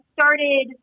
started